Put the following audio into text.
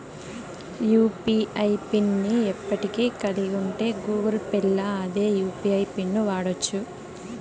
UPI pin ని ఇప్పటికే కలిగుంటే గూగుల్ పేల్ల అదే యూ.పి.ఐ పిన్ను వాడచ్చు